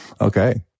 Okay